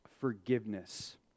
forgiveness